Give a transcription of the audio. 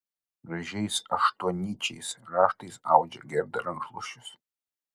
gražiais aštuonnyčiais raštais audžia gerda rankšluosčius